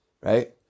Right